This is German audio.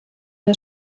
der